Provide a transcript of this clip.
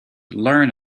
learn